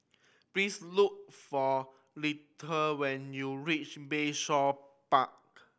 please look for Lettie when you reach Bayshore Park